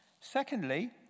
Secondly